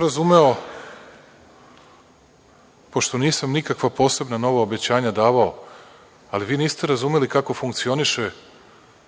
razumeo, pošto nisam nikakva posebna nova obećanja davao, ali vi niste razumeli kako funkcioniše